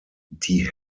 die